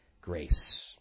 grace